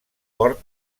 port